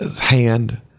hand